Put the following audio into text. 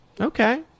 okay